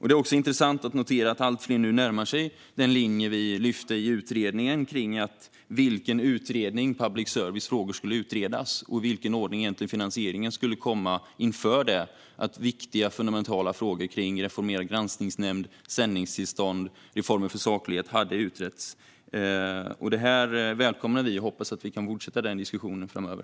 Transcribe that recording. Det är också intressant att notera att allt fler nu närmar sig den linje vi lyfte fram i utredningen om i vilken ordning public service-frågorna skulle utredas och i vilken ordning finansieringen skulle komma när viktiga och fundamentala frågor som reformerad granskningsnämnd, sändningstillstånd och reformer för saklighet hade utretts. Det här välkomnar vi, och vi hoppas att vi kan fortsätta den diskussionen framöver.